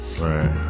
Right